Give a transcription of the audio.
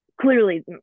clearly